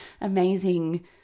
amazing